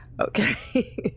Okay